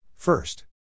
First